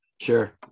Sure